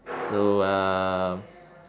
so uh